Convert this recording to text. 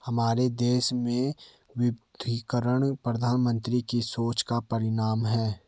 हमारे देश में विमुद्रीकरण प्रधानमन्त्री की सोच का परिणाम है